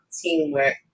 teamwork